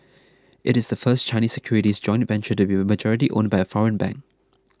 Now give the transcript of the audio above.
it is the first Chinese securities joint venture to be majority owned by a foreign bank